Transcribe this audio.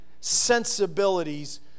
sensibilities